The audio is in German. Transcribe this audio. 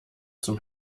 zum